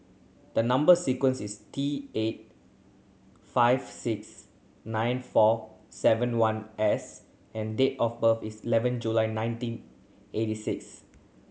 the number sequence is T eight five six nine four seven one S and date of birth is eleven July nineteen eighty six